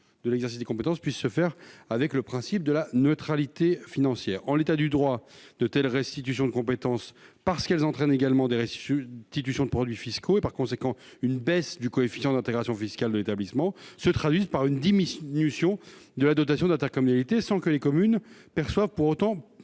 de l'exercice des compétences, la neutralité financière doit être garantie. En l'état du droit, de telles restitutions de compétences, parce qu'elles entraînent également des restitutions de produits fiscaux, se traduisent par une baisse du coefficient d'intégration fiscale de l'établissement, donc par une diminution de la dotation d'intercommunalité, sans que les communes perçoivent pour autant